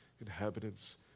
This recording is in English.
inhabitants